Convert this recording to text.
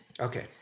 Okay